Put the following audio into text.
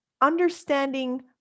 understanding